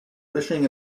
fishing